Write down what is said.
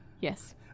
Yes